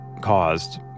caused